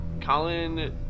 Colin